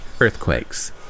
earthquakes